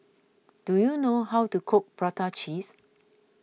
do you know how to cook Prata Cheese